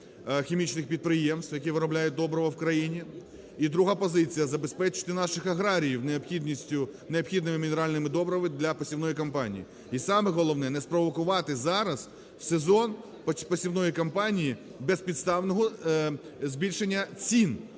хімічних підприємств, які виробляють добрива в країні. І друга позиція. Забезпечити наших аграріїв необхідними мінеральними добривами для посівної кампанії. І саме головне, не спровокувати зараз в сезон посівної кампанії безпідставного збільшення цін